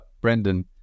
Brendan